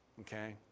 Okay